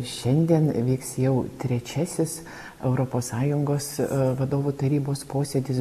šiandien vyks jau trečiasis europos sąjungos vadovų tarybos posėdis